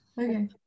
Okay